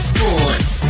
Sports